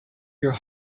your